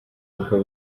ubukwe